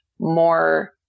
more